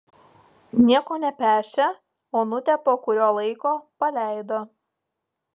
nieko nepešę onutę po kurio laiko paleido